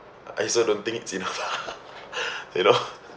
I also don't think it's enough you know